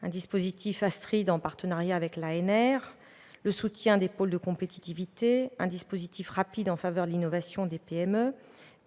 le dispositif ASTRID, en partenariat avec l'ANR ; le soutien des pôles de compétitivité, un dispositif rapide en faveur de l'innovation des PME ;